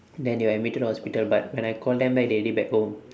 then they admitted to the hospital but when I call them back they already back home